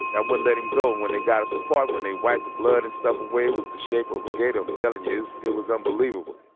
and i wouldn't let him go. and when they got us apart, when they wiped the blood and stuff away was the shape of a gator. i'm telling you, it was unbelievable.